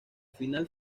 final